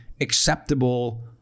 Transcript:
acceptable